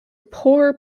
poor